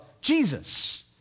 Jesus